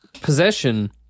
possession